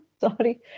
Sorry